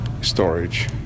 storage